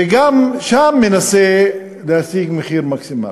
וגם שם מנסה להשיג מחיר מקסימלי.